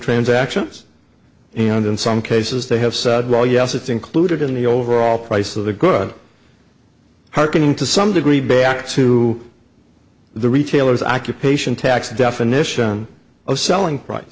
transactions and in some cases they have said well yes it's included in the overall price of the good hearkening to some degree back to the retailers i q patient tax definition of selling pri